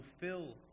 fulfill